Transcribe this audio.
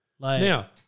Now